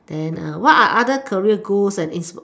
and what are other career goals and in